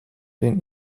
den